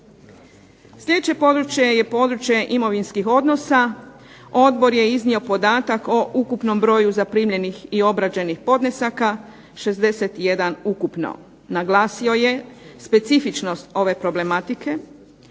Sljedeće područje je područje imovinskih odnosa, odbor je iznio podatak o ukupnom broju zaprimljenih i obrađenih podnesaka, 61 ukupno. Naglasio je specifičnost ove problematike